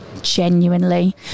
Genuinely